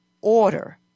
order